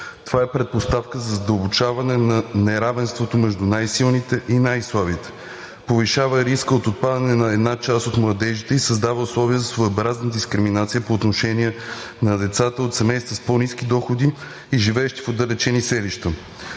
Това е предпоставка за задълбочаване на неравенството между най-силните и най-слабите и повишава риска от отпадане на една част от младежите, създава условия за своеобразна дискриминация по отношение на децата от семейства с по-ниски доходи и живеещи в отдалечени селища.